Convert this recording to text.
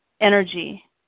energy